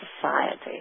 society